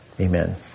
Amen